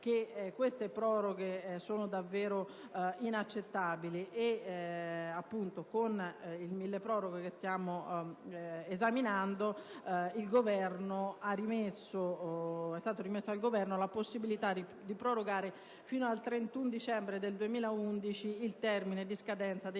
che tali proroghe sono davvero inaccettabili. Con il milleproroghe che stiamo esaminando è stata rimessa al Governo la possibilità di prorogare fino al 31 dicembre 2011 il termine di scadenza dei